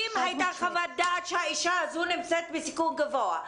אם הייתה חוות דעת שהאישה הזאת נמצאת בסיכון גבוה,